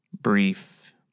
brief